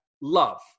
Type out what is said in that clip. love